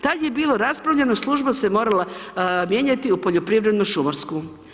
Tad je bilo raspravljeno, služba se morala mijenjati u Poljoprivredno-šumarsku.